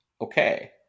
Okay